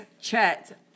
Chet